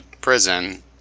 prison